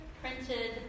printed